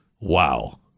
Wow